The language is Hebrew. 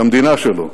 את המדינה שלו.